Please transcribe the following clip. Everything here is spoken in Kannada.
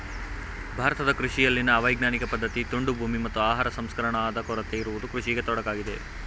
ಭಾರತ ಕೃಷಿಯಲ್ಲಿನ ಅವೈಜ್ಞಾನಿಕ ಪದ್ಧತಿ, ತುಂಡು ಭೂಮಿ, ಮತ್ತು ಆಹಾರ ಸಂಸ್ಕರಣಾದ ಕೊರತೆ ಇರುವುದು ಕೃಷಿಗೆ ತೊಡಕಾಗಿದೆ